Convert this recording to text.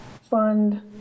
fund